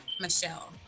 Michelle